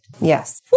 Yes